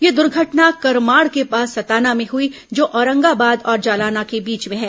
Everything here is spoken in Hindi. यह द्र्घटना करमाड़ के पास सताना में हुई जो औरंगाबाद और जालना के बीच में है